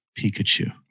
Pikachu